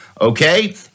Okay